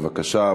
בבקשה,